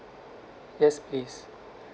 yes please